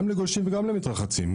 גם לגולשים וגם למתרחצים.